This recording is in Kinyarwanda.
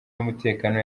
y’umutekano